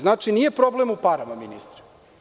Znači, nije problem u parama, ministre.